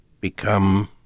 become